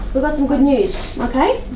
we've got some good news, okay?